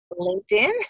LinkedIn